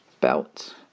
belt